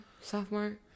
sophomore